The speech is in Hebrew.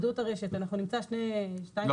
שרידות הרשת".